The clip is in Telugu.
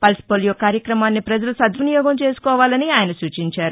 పల్స్పోలియో కార్యక్రమాన్ని ఫజలు సద్వినియోగం చేసుకోవాలని ఆయన సూచించారు